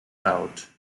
out